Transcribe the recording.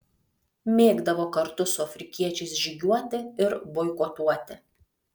mėgdavo kartu su afrikiečiais žygiuoti ir boikotuoti